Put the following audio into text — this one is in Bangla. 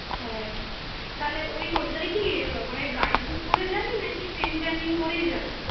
হ্যাঁ তালে ওই করবি তালে কি মানে গাড়ি বুক করে যাবি নাকি ট্রেন জার্নি করেই যাবি